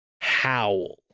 howl